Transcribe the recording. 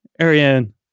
Ariane